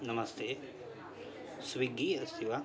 नमस्ते स्विग्गी अस्ति वा